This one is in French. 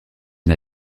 n’a